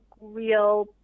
real